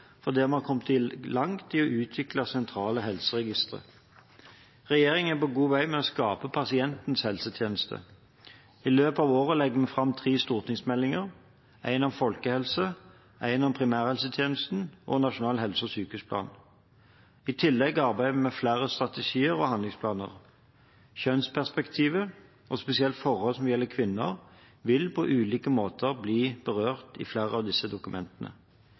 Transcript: vi har kommet langt i å utvikle sentrale helseregistre. Regjeringen er på god vei med å skape pasientens helsetjeneste. I løpet av året legger vi fram tre stortingsmeldinger: én om folkehelse, én om primærhelsetjenesten og en nasjonal helse- og sykehusplan. I tillegg arbeider vi med flere strategier og handlingsplaner. Kjønnsperspektivet og spesielle forhold som gjelder kvinner, vil på ulike måter bli berørt i flere av disse dokumentene.